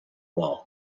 wall